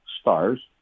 stars